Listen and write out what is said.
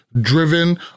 driven